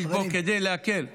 יש בו כדי להקל --- חברים,